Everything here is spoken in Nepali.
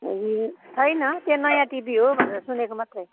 छैन त्यो नयाँ टिभी हो भनेर सुनेको मात्रै